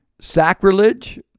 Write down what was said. Sacrilege